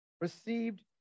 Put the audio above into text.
received